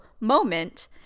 moment